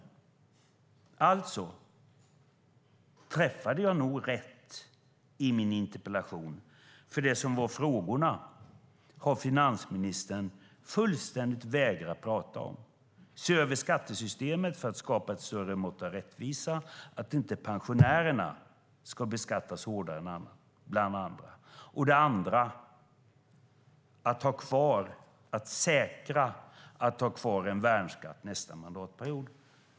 Alltså träffade jag nog rätt i min interpellation, för det som var frågorna har finansministern fullständigt vägrat prata om: att se över skattesystemet för att skapa ett större mått av rättvisa, att inte pensionärerna ska beskattas hårdare än andra, och att säkra att ha kvar en värnskatt nästa mandatperiod.